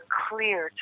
clear